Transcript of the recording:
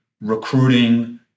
recruiting